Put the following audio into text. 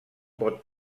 pot